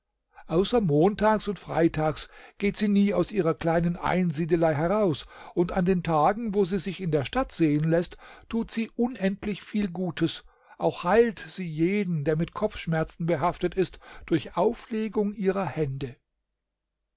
außer montags und freitags geht sie nie aus ihrer kleinen einsiedelei heraus und an den tagen wo sie sich in der stadt sehen läßt tut sie unendlich viel gutes auch heilt sie jeden der mit kopfschmerzen behaftet ist durch auflegung ihrer hände